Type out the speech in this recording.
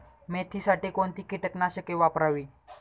मेथीसाठी कोणती कीटकनाशके वापरावी?